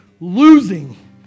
losing